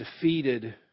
defeated